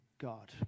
God